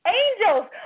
angels